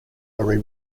are